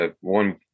One